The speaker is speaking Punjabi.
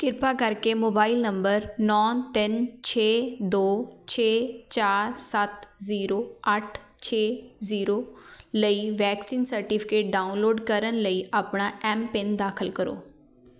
ਕਿਰਪਾ ਕਰਕੇ ਮੋਬਾਈਲ ਨੰਬਰ ਨੌ ਤਿੰਨ ਛੇ ਦੋ ਛੇ ਚਾਰ ਸੱਤ ਜ਼ੀਰੋ ਅੱਠ ਛੇ ਜ਼ੀਰੋ ਲਈ ਵੈਕਸੀਨ ਸਰਟੀਫਿਕੇਟ ਡਾਊਨਲੋਡ ਕਰਨ ਲਈ ਆਪਣਾ ਐਮ ਪਿੰਨ ਦਾਖਲ ਕਰੋ